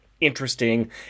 interesting